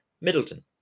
Middleton